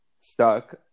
stuck